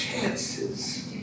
chances